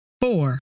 Four